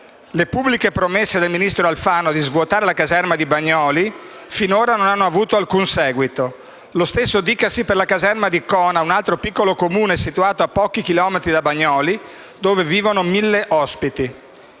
Le pubbliche promesse del ministro Alfano di svuotare la caserma di Bagnoli di Sopra finora non hanno avuto alcun seguito. Lo stesso dicasi per la caserma di Cona, un altro piccolo Comune situato a pochi chilometri da Bagnoli di Sopra, dove vivono mille ospiti.